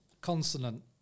Consonant